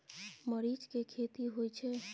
मरीच के खेती होय छय?